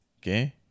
Okay